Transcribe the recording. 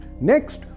Next